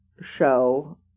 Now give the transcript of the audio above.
show